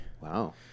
Wow